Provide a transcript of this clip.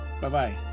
Bye-bye